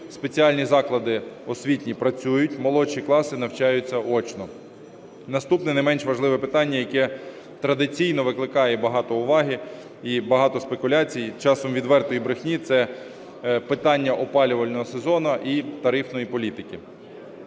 спеціальні заклади освітні працюють, молодші класи навчаються очно. Наступне, не менш важливе питання, яке традиційно викликає багато уваги і багато спекуляцій, і часом відвертої брехні, – це питання опалювального сезону і тарифної політики.